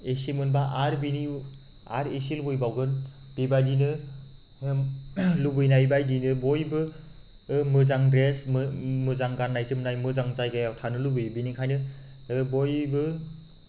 इसे मोनबा आरो बेनि आरो इसे लुबैबावगोन बेबायदिनो लुबैनाय बायदिनो बयबो मोजां द्रेस मोजां गान्नाय जोमनाय मोजां जायगायाव थानो लुबैयो बेनिखायनो बयबो